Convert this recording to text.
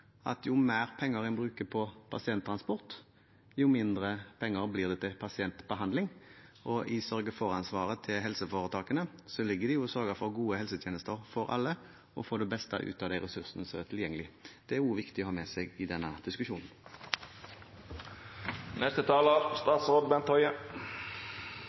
at jo mer penger en bruker på pasienttransport, jo mindre penger blir det til pasientbehandling. I sørge-for-ansvaret til helseforetakene ligger det jo å sørge for gode helsetjenester for alle og å få det beste ut av de ressursene som er tilgjengelig. Det er også viktig å ha med seg i denne